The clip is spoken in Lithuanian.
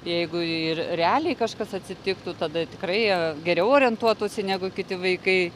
jeigu ir realiai kažkas atsitiktų tada tikrai jie geriau orientuotųsi negu kiti vaikai